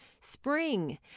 Spring